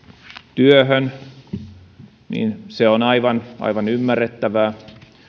työhön se on aivan aivan ymmärrettävää